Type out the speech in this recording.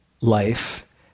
life